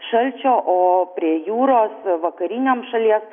šalčio o prie jūros vakariniam šalies